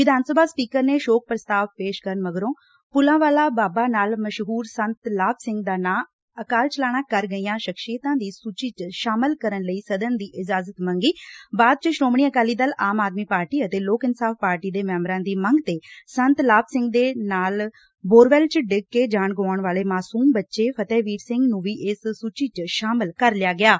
Vidhan Sabha speaker ਨੇ ਸੋਕ ਪਸਤਾਵ ਪੇਸ਼ ਕਰਨ ਮਗਰੋਂ ਪੱਲਾ ਵਾਲਾ ਬਾਬਾ ਨਾਲ ਮਸ਼ਹਰ ਸੰਤ ਲਾਭ ਸਿੰਘ ਦਾ ਨਾਂ ਅਕਾਲ ਚਲਾਣਾ ਕਰ ਗਈਆਂ ਸਖ਼ਸੀਅਤਾਂ ਦੀ ਸੁਚੀ ਚ ਸ਼ਾਮਲ ਕਰਨ ਲਈ ਸਦਨ ਦੀ ਇਜ਼ਾਜਤ ਮੰਗੀ ਬਾਅਂਦ ਚ ਸ਼ੋਮਣੀ ਅਕਾਲੀ ਦਲ ਆਮ ਆਦਮੀ ਪਾਰਟੀ ਅਤੇ ਲੋਕ ਇਨਸਾਫ਼ ਪਾਰਟੀ ਦੇ ਮੈਬਰਾਂ ਦੀ ਮੰਗ ਤੇ ਸੰਤ ਲਾਭ ਸਿੰਘ ਦੇ ਨਾਲ ਬੋਰਵੈੱਲ ਵਿਚ ਡਿੱਗ ਕੇ ਜਾਣ ਗੁਆਉਣ ਵਾਲੇ ਮਾਸੁਮ ਬੱਚੇ ਫਤਹਿਵੀਰ ਸਿੰਘ ਨੰ ਵੀ ਇਸ ਸੁਚੀ ਚ ਸ਼ਾਮਲ ਕਰ ਲਿਆ ਗਿਐ